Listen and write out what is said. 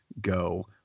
go